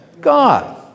God